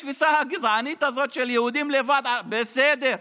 עם התפיסה הגזענית הזאת של יהודים לבד, בסדר.